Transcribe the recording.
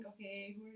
okay